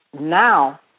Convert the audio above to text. Now